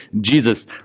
Jesus